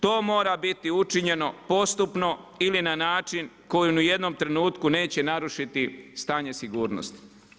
To mora biti učinjeno postupno ili na način koji ni u jednom trenutku neće narušiti stanje sigurnosti.